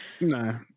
No